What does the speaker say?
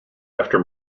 after